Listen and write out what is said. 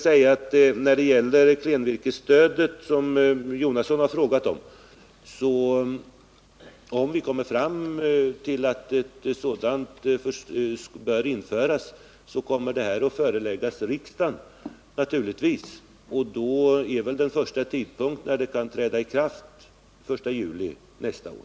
När det sedan gäller klenvirkesstödet, något som Bertil Jonasson också har frågat om, vill jag säga att vi naturligtvis kommer att förelägga problemen för riksdagen, om vi kommer fram till att ett sådant bör införas. Den första tidpunkt då beslutet kan träda i kraft blir då den 1 juli nästa år.